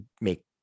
make